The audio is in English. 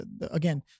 again